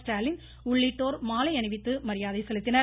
ஸ்டாலின் உள்ளிட்டோர் மாலை அணிவித்து மரியாதை செலுத்தினர்